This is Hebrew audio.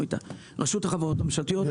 רשות החברות הממשלתיות, ואנחנו עובדים איתה.